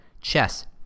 Chess